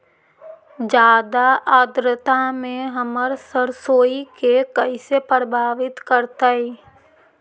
जादा आद्रता में हमर सरसोईय के कैसे प्रभावित करतई?